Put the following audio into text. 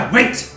Wait